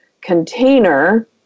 container